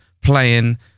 playing